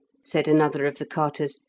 said another of the carters.